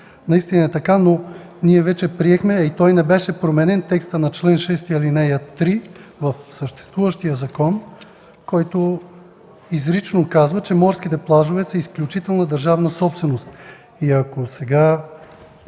Наистина е така, но ние вече приехме, а и той не е променен, защото в чл. 6, ал. 3 в съществуващия закон изрично се казва, че „морските плажове са изключителна държавна собственост”. Ако сега